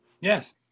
yes